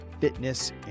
fitness